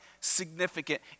significant